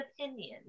opinion